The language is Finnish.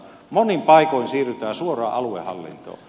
monin paikoin siirrytään suoraan aluehallintoon